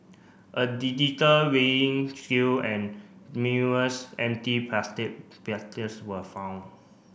a digital weighing scale and numerous empty plastic were found